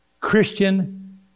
Christian